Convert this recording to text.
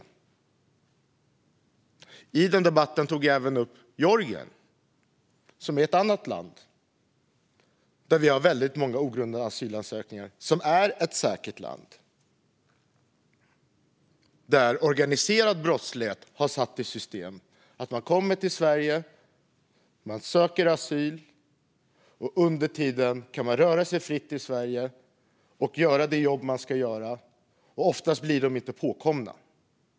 I den interpellationsdebatt jag nämnde tog jag även upp Georgien, som är ett annat land som vi får väldigt många ogrundade asylansökningar från. Georgien är ett säkert land där organiserad brottslighet har satt i system att man kommer till Sverige och söker asyl. Under tiden kan man röra sig fritt i Sverige och göra det jobb man ska göra. Oftast blir man inte påkommen.